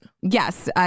Yes